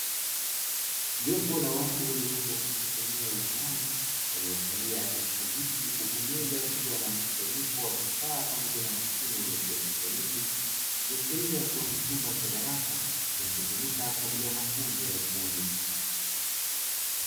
Jopo la watu waliopo katika eneo la ndani waliokalia katika viti, huku meza zikiwa na mkusanyiko wa vifaa pamoja na mashine vya kieletroniki. Ikiashiria kuwa ni chumba cha darasa kinachotumika kwa ajili ya mafunzo ya ufundi .